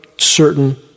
certain